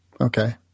Okay